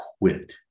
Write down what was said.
quit